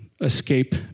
escape